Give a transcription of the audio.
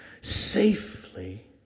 safely